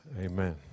Amen